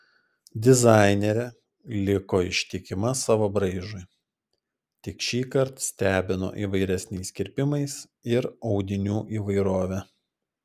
dizainerė liko ištikima savo braižui tik šįkart stebino įvairesniais kirpimais ir audinių įvairove